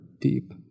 deep